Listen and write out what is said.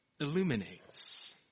illuminates